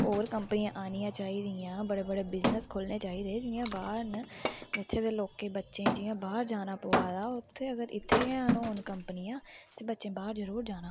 ते होर कम्पनियां आनियां चाहिदियां बड़े बड़े बिजनेस खुल्लने चाहिदे जियां बाह्र न इत्थै दे लोकें गी बच्चें गी जियां बाह्र जाना पोआ दा उत्थें अगर इत्थें गै होन कम्पनियां ते बच्चें बाह्र जरूर जाना